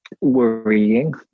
worrying